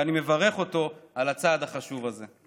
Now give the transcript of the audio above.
ואני מברך אותו על הצעד החשוב הזה.